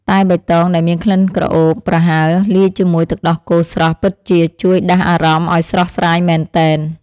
តែបៃតងដែលមានក្លិនក្រអូបប្រហើរលាយជាមួយទឹកដោះគោស្រស់ពិតជាជួយដាស់អារម្មណ៍ឱ្យស្រស់ស្រាយមែនទែន។